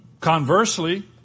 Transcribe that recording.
Conversely